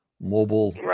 mobile